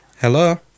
Hello